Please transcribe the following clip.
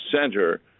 center